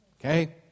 okay